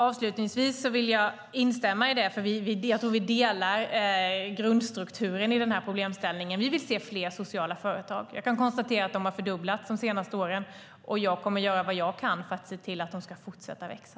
Avslutningsvis vill jag instämma i detta eftersom jag tror att vi delar uppfattningen om grundstrukturen i denna problemställning. Vi vill se fler sociala företag. Jag kan konstatera att antalet har fördubblats under de senaste åren. Jag kommer att göra vad jag kan för att se till att de ska fortsätta växa.